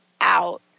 out